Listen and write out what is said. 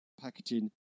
packaging